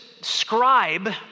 scribe